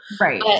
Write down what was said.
Right